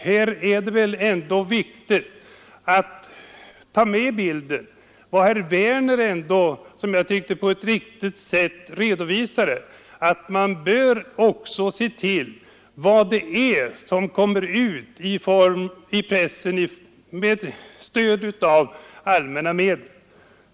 Här är det väl ändå viktigt att ta med i bilden vad herr Werner i Malmö ändå som jag tyckte på ett riktigt sätt redovisade, nämligen att man också bör beakta vad det är som kommer ut i pressen med stöd av allmänna medel.